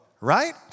right